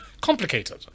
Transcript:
complicated